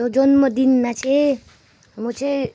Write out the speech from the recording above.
जन्मदिनमा चाहिँ म चाहिँ